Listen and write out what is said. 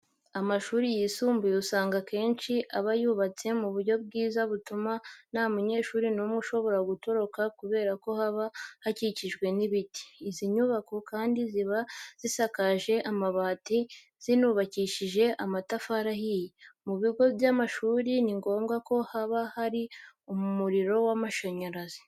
Amashuri yisumbuye usanga akenshi aba yubatse mu buryo bwiza butuma nta n'umunyeshuri n'umwe ushobora gutoroka kubera ko haba hakikijwe n'ibiti. Izi nyubako kandi ziba zisakaje amabati, zinubakijishe amatafari ahiye. Mu bigo by'amashuri ni ngombwa ko haba hari umuriro w'amashanyarazi.